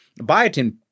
Biotin